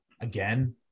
Again